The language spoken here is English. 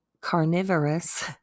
carnivorous